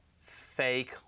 fake